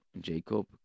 Jacob